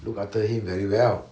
looked after him very well